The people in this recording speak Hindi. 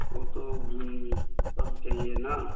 वो तो सब चहिए ना